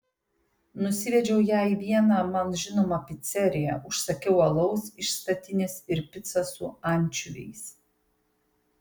nusivedžiau ją į vieną man žinomą piceriją užsakiau alaus iš statinės ir picą su ančiuviais